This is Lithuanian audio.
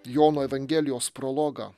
jono evangelijos prologą